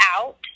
out